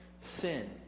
sin